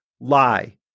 Lie